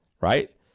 right